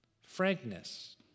frankness